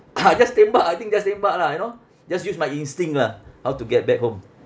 ah just tembak I think just tembak lah you know just use my instinct lah how to get back home